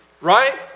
right